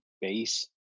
base